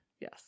yes